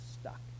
stuck